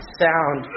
sound